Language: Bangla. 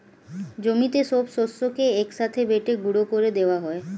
জমিতে সব শস্যকে এক সাথে বেটে গুঁড়ো করে দেওয়া হয়